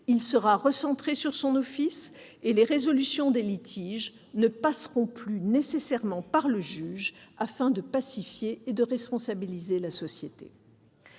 il sera recentré sur son office et la résolution des litiges ne passera plus nécessairement par le juge, afin de pacifier et de responsabiliser la société.